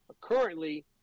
currently